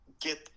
get